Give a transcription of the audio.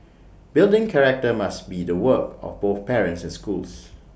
building character must be the work of both parents and schools